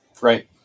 right